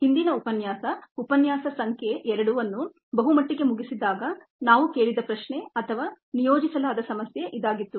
ಹಿಂದಿನ ಉಪನ್ಯಾಸ ಉಪನ್ಯಾಸ ಸಂಖ್ಯೆ 2ನ್ನು ಬಹುಮಟ್ಟಿಗೆ ಮುಗಿಸಿದಾಗ ನಾವು ಕೇಳಿದ ಪ್ರಶ್ನೆ ಅಥವಾ ನಿಯೋಜಿಸಲಾದ ಸಮಸ್ಯೆ ಇದಾಗಿತ್ತು